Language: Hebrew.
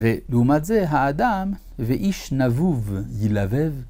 ולעומת זה האדם ואיש נבוב ילבב.